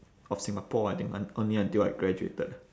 of singapore I think un~ only until I graduated